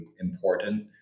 important